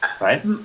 right